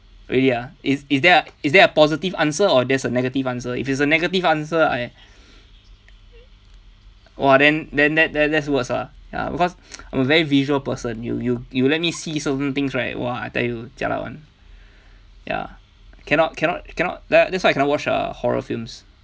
really ah is is there is there a positive answer or there's a negative answer if it's a negative answer I !wah! then then that that's worst lah ya because I'm a very visual person you you you let me see certain things right !wah! I tell you jialat [one] ya cannot cannot cannot that's why I can't watch uh horror films